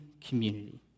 community